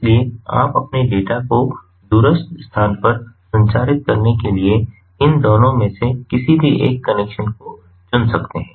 इसलिए आप अपने डेटा को दूरस्थ स्थान पर संचारित करने के लिए इन दोनों में से किसी भी एक कनेक्शन को चुन सकते हैं